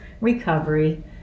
recovery